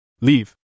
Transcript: Leave